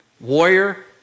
Warrior